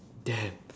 damn